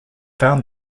found